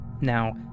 Now